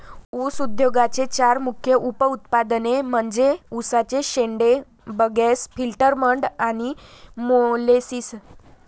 ऊस उद्योगाचे चार मुख्य उप उत्पादने म्हणजे उसाचे शेंडे, बगॅस, फिल्टर मड आणि मोलॅसिस